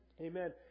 Amen